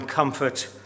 comfort